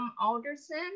Alderson